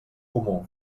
comú